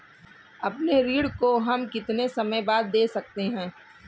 अपने ऋण को हम कितने समय बाद दे सकते हैं?